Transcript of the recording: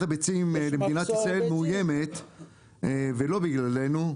הביצים למדינת ישראל מאוימת ולא בגללנו,